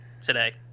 today